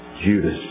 Judas